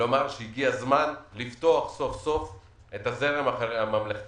לומר שהגיע הזמן לפתוח סוף סוף את הזרם הממלכתי-חרדי,